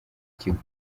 kigo